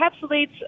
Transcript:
encapsulates